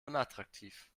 unattraktiv